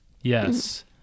Yes